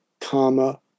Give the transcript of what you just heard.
comma